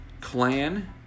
clan